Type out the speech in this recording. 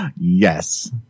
Yes